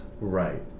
Right